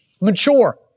mature